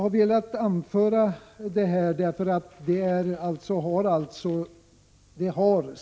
Herr talman!